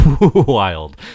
wild